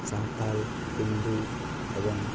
ᱥᱟᱱᱛᱟᱲ ᱦᱤᱱᱫᱩ ᱮᱵᱚᱝ